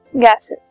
gases